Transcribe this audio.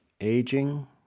aging